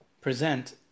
present